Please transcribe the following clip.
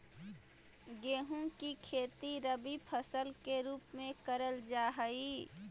गेहूं की खेती रबी फसल के रूप में करल जा हई